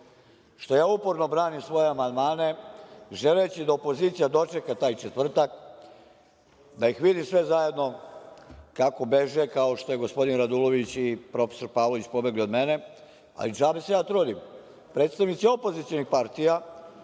što ja uporno branim svoj amandmane želeći da opozicija dočeka taj četvrtak, da ih vidim sve zajedno kako beže kao što je gospodin Radulović i profesor Pavlović, pobegli od mene, ali džabe se ja trudim. Predstavnici opozicionih partija